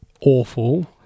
awful